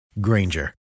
Granger